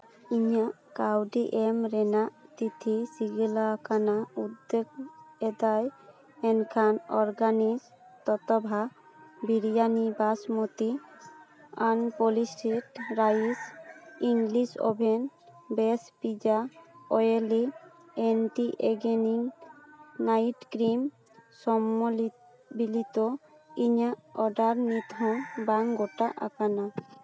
ᱤᱧᱟᱹᱜ ᱠᱟᱹᱣᱰᱤ ᱮᱢ ᱨᱮᱱᱟᱜ ᱪᱤᱴᱷᱤ ᱥᱤᱜᱤᱞᱟ ᱠᱟᱱᱟ ᱩᱫᱽᱫᱳᱜᱽ ᱮᱫᱟᱭ ᱮᱱᱠᱷᱟᱱ ᱚᱨᱜᱟᱱᱤᱠ ᱛᱚᱛᱚᱵᱷᱟ biryani basmati unpolished rice English oven base pizza oily anti ᱮᱜᱮᱱᱤᱝ ᱱᱟᱭᱤᱴ ᱠᱨᱤᱢ ᱥᱚᱢᱵᱚᱞᱤᱛᱚ ᱤᱧᱟᱹᱜ ᱚᱰᱟᱨ ᱱᱤᱛᱦᱚᱸ ᱵᱟᱝ ᱜᱳᱴᱟ ᱟᱠᱟᱱᱟ